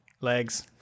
Legs